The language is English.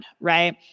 right